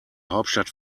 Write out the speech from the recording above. hauptstadt